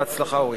בהצלחה, אורית.